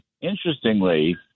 interestingly